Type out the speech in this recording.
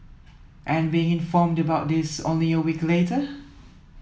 and being informed about this only a week later